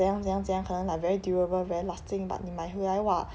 怎样怎样怎样可能 like very durable very lasting but 你买回来 !wah!